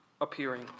appearing